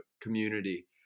community